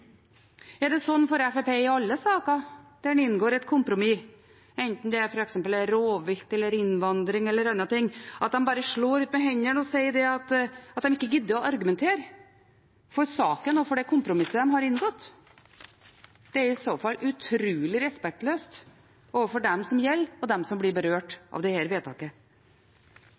Er det slik for Fremskrittspartiet i alle saker der man inngår et kompromiss, enten det er f.eks. rovvilt, innvandring eller andre ting, at de bare slår ut med hendene og sier at de ikke gidder å argumentere for saken og for det kompromisset de har inngått? Det er i så fall utrolig respektløst overfor dem det gjelder, og dem som blir berørt av dette vedtaket. Jeg har lagt merke til at så langt har det